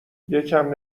یکم